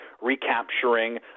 recapturing